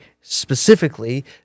specifically